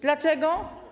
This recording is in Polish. Dlaczego?